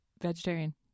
vegetarian